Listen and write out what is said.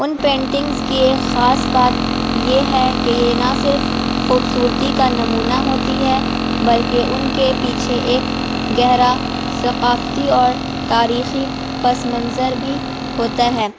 ان paintings کی ایک خاص بات یہ ہے کہ یہ نہ صرف خوبصورتی کا نمونہ ہوتی ہے بلکہ ان کے پیچھے ایک گہرا ثقافتی اور تاریخی پس منظر بھی ہوتا ہے